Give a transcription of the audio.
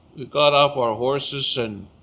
got off our horses and,